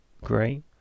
great